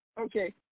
Okay